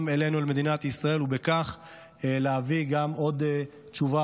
גם אלינו,